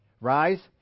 Rise